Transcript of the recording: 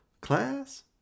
class